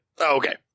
Okay